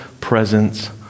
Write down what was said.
presence